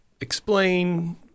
explain